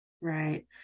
right